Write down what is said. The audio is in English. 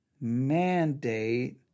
Mandate